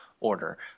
order